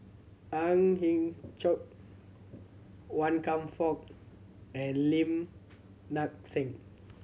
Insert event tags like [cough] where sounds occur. Ang [unintelligible] Chiok Wan Kam Fook and Lim Nang Seng